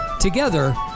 Together